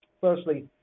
firstly